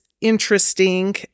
interesting